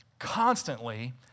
constantly